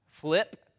flip